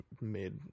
made